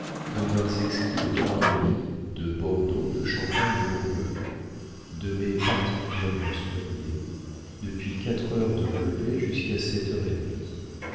de vins exquis de trois pays de bordeaux de champagne et bourgogne de mets particulièrement soignés depuis quatre heures de relevée jusqu'à sept heures et demie